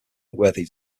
noteworthy